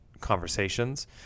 conversations